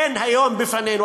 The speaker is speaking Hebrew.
אין היום בפנינו.